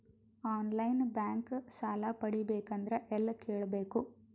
On line bank ಸಾಲ ಪಡಿಬೇಕಂದರ ಎಲ್ಲ ಕೇಳಬೇಕು?